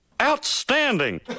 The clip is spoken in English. Outstanding